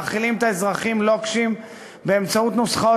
מאכילים את האזרחים לוקשים באמצעות נוסחאות